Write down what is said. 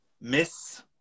Miss